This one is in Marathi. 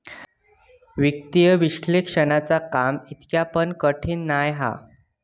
वित्तीय विश्लेषणाचा काम इतका पण कठीण नाय हा